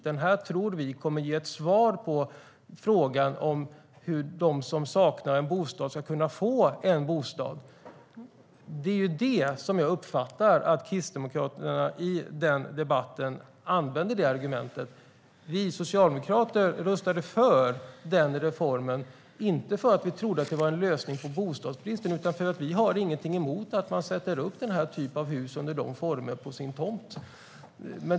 Den tror vi kommer att ge ett svar på frågan om hur de som saknar en bostad ska kunna få en bostad. Det är så som jag uppfattar att Kristdemokraterna i den debatten använder det argumentet. Vi socialdemokrater röstade för den reformen, inte för att vi trodde att det var en lösning i fråga om bostadsbristen, utan för att vi inte har någonting emot att man sätter upp den typen av hus under dessa former på sin tomt.